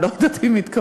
אני לא יודעת אם התקבלה.